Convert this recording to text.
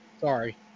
Sorry